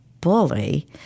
bully